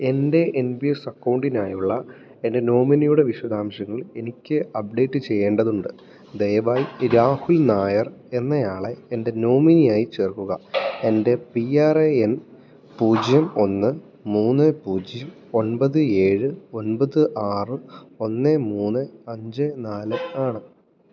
എൻറ്റെ N P S അക്കൗണ്ടിനായുള്ള എൻറ്റെ നോമിനിയുടെ വിഷദാംശങ്ങൾ എനിക്ക് അപ്ഡേറ്റ് ചെയ്യേണ്ടതുണ്ട് ദയവായി രാഹുൽ നായർ എന്ന ആളെ എൻറ്റെ നോമിനിയായി ചേർക്കുക എൻറ്റെ പി ആർ ഏ എൻ പൂജ്യം ഒന്ന് മൂന്ന് പൂജ്യം ഒൻപത് ഏഴ് ഒൻപത് ആറ് ഒന്ന് മൂന്ന് അഞ്ച് നാല് ആണ്